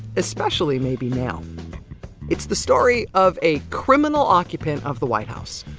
especially, maybe, now it's the story of a criminal occupant of the white house,